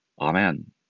Amen